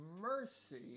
mercy